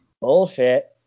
bullshit